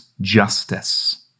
justice